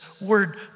word